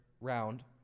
round